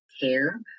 care